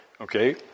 Okay